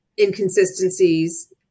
inconsistencies